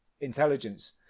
Intelligence